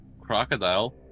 crocodile